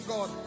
God